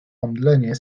omdlenie